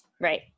Right